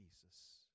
Jesus